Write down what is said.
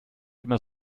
immer